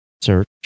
Search